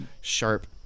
sharp